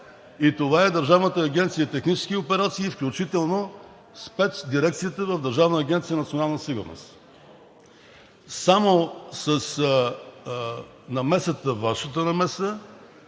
и това е Държавната агенция „Технически операции“, включително спецдирекцията на Държавна агенция „Национална сигурност“. Само с Вашата намеса,